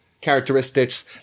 characteristics